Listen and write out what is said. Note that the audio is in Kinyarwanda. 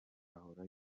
ahora